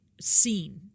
seen